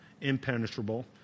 impenetrable